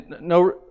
No